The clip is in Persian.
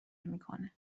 میکنه